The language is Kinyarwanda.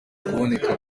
buboneka